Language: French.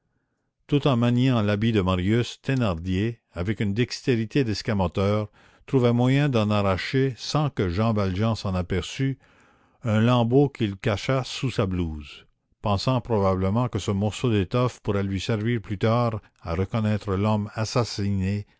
tout en maniant l'habit de marius thénardier avec une dextérité d'escamoteur trouva moyen d'en arracher sans que jean valjean s'en aperçût un lambeau qu'il cacha sous sa blouse pensant probablement que ce morceau d'étoffe pourrait lui servir plus tard à reconnaître l'homme assassiné